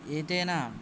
एतेन